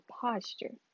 posture